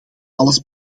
alles